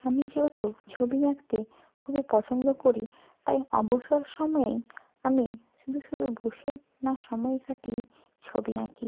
আমি যেহেতু ছবি আঁকতে খুবই পছন্দ করি তাই অবসর সময়েই আমি শুধু শুধু বসে না সময় কাটিয়ে ছবি আঁকি